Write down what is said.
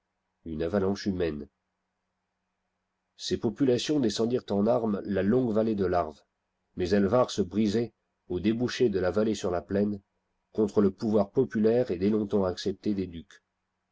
une avalanche humaine ces populations descendirent en armes la longue vallée de l'arve mais elles vinrent se briser au débouché de la vallée sur la plaine contre le pouvoir populaire et dès longtemps accepte des ducs